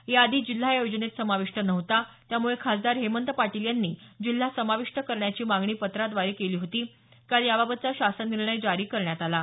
या आधी जिल्हा या योजनेत समाविष्ट नव्हता त्यामुळे खासदार हेमंत पाटील यांनी जिल्हा समाविष्ट करण्याची मागणी पत्राद्वारे केली होती काल याबाबतचा शासन निर्णय जारी करण्यात आला आहे